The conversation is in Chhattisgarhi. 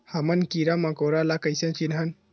हमन कीरा मकोरा ला कइसे चिन्हन?